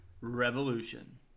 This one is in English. Revolution